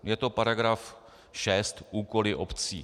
Je to § 6 Úkoly obcí.